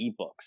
ebooks